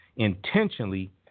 intentionally